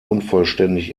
unvollständig